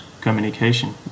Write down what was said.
communication